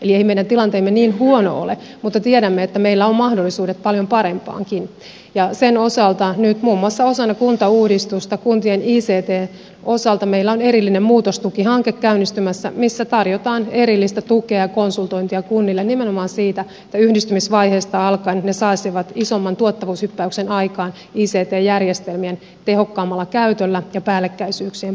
eli ei meidän tilanteemme niin huono ole mutta tiedämme että meillä on mahdollisuudet paljon parempaankin ja nyt muun muassa osana kuntauudistusta meillä on kuntien ictn osalta käynnistymässä erillinen muutostukihanke missä tarjotaan erillistä tukea ja konsultointia kunnille nimenomaan siinä että yhdistymisvaiheesta alkaen ne saisivat isomman tuottavuushyppäyksen aikaan ict järjestelmien tehokkaammalla käytöllä ja päällekkäisyyksien poistamisella